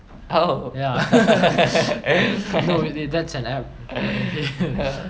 oh ya